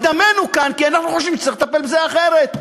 דמנו כאן כי אנחנו חושבים שצריך לטפל בזה אחרת.